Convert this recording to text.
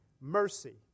mercy